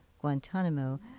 Guantanamo